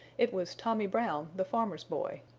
it was tommy brown, the farmer's boy.